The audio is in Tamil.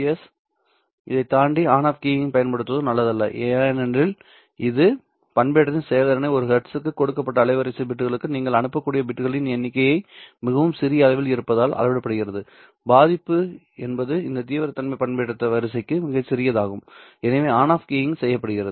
எஸ் இதைத் தாண்டி ஆன் ஆஃப் கீயிங்கைப் பயன்படுத்துவது நல்லதல்ல ஏனெனில் இது பண்பேற்றத்தின் செயல்திறன் ஒரு ஹெர்ட்ஸுக்கு கொடுக்கப்பட்ட அலைவரிசை பிட்களுக்கு நீங்கள் அனுப்பக்கூடிய பிட்களின் எண்ணிக்கை மிகவும் சிறிய அளவில் இருப்பதால் அளவிடப்படுகிறது பாதிப்பு என்பது இந்த தீவிரத்தன்மை பண்பேற்ற வரிசைக்கு மிகச் சிறியதாகும் எனவே ஆன் ஆஃப் கீயிங் செய்யப்படுகிறது